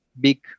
big